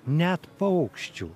net paukščių